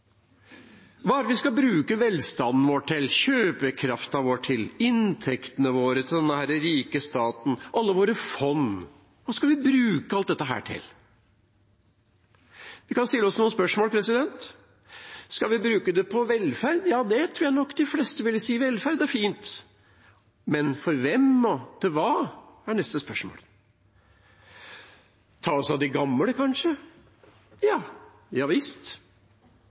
Hva er det vi skal bruke velstanden vår til, kjøpekraften vår til, inntektene våre, til denne rike staten, alle våre fond. Hva skal vi bruke alt dette til? Vi kan stille oss noen spørsmål: Skal vi bruke det på velferd? Ja, det tror jeg nok de fleste ville si er fint, men for hvem og til hva er neste spørsmål. Ta oss av de gamle, kanskje? Ja visst.